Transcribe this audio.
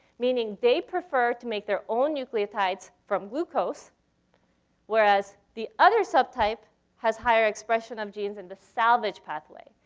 meaning they prefer to make their own nucleotides from glucose whereas the other subtype has higher expression of genes in the salvage pathway.